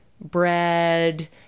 bread